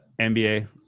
NBA